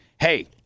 hey